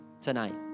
tonight